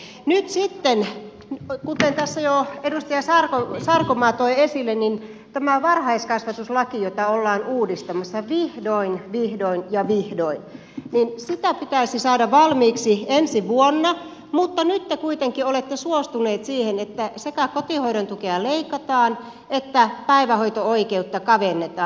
nyt sitten kuten tässä jo edustaja sarkomaa toi esille tämä varhaiskasvatuslaki jota ollaan uudistamassa vihdoin vihdoin ja vihdoin pitäisi saada valmiiksi ensi vuonna mutta nyt te kuitenkin olette suostuneet siihen että sekä kotihoidon tukea leikataan että päivähoito oikeutta kavennetaan